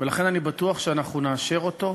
ולכן אני בטוח שאנחנו נאשר אותו,